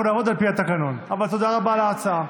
אנחנו נעבוד על פי התקנון, אבל תודה רבה על ההצעה.